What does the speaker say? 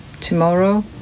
tomorrow